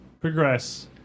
progress